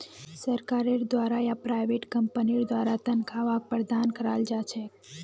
सरकारेर द्वारा या प्राइवेट कम्पनीर द्वारा तन्ख्वाहक प्रदान कराल जा छेक